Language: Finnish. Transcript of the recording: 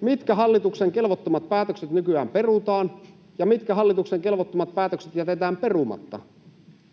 Mitkä hallituksen kelvottomat päätökset nykyään perutaan ja mitkä hallituksen kelvottomat päätökset jätetään perumatta?